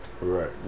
Right